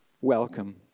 welcome